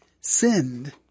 sinned